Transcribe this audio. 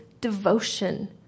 devotion